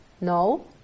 no